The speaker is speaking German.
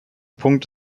punkt